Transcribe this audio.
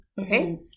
okay